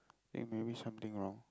I think maybe something wrong